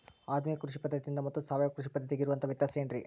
ಆಧುನಿಕ ಕೃಷಿ ಪದ್ಧತಿ ಮತ್ತು ಸಾವಯವ ಕೃಷಿ ಪದ್ಧತಿಗೆ ಇರುವಂತಂಹ ವ್ಯತ್ಯಾಸ ಏನ್ರಿ?